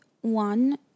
one